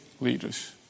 leaders